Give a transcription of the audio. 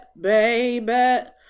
baby